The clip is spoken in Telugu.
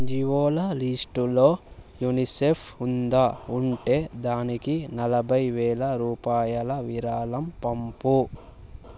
ఎన్జీవోల లిస్టులో యునిసెఫ్ ఉందా ఉంటే దానికి నలభై వేల రూపాయల విరాళం పంపు